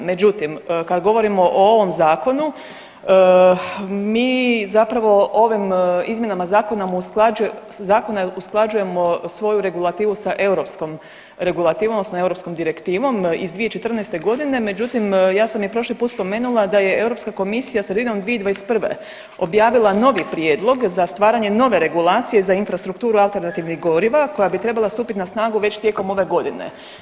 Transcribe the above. Međutim, kad govorimo o ovom zakonu mi zapravo ovim izmjenama zakona usklađujemo svoju regulativu sa europskom regulativom odnosno europskom direktivom iz 2014.g., međutim ja sam i prošli put spomenula da je Europska komisija sredinom 2021. objavila novi prijedlog za stvaranje nove regulacije za infrastrukturu alternativnih goriva koja bi trebala stupiti na snagu već tijekom ove godine.